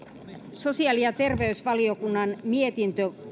sosiaali ja terveysvaliokunnan mietintö